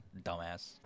dumbass